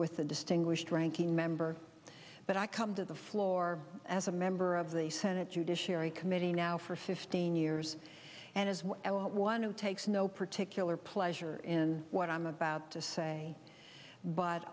with the distinguished ranking member but i come to the floor as a member of the senate judiciary committee now for fifteen years and as one who takes no particular pleasure in what i'm about to say but